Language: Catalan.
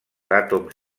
àtoms